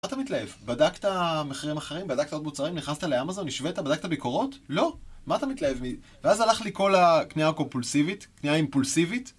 מה אתה מתלהב? בדקת מחירים אחרים? בדקת עוד מוצרים? נכנסת לאמזון? השווית? בדקת ביקורות? לא. מה אתה מתלהב מזה? ואז הלך לי כל הכניעה הקומפולסיבית, כניעה אימפולסיבית.